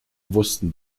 wussten